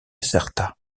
certa